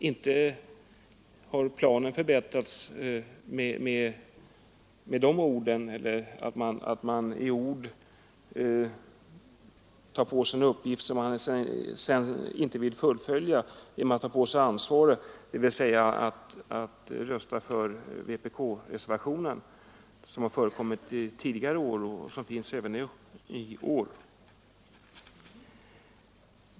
Inte har planen förbättrats genom att man i ord tar på sig en uppgift som man sedan inte vill fullfölja genom att ta ansvaret, dvs. genom att rösta för den vpk-reservation som har förekommit tidigare år och som finns även i år.